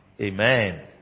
Amen